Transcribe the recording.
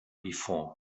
before